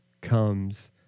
comes